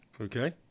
Okay